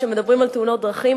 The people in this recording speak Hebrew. כשמדברים על תאונות דרכים,